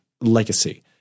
legacy